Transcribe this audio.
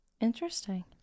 Interesting